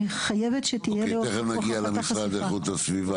אני חייבת שתהיה הוכחת החשיפה.